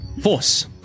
Force